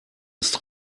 ist